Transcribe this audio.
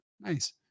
Nice